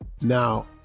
now